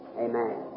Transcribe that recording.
Amen